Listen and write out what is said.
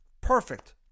Perfect